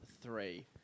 three